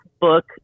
book